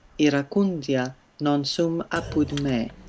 iracundia non sum apud me,